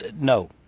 No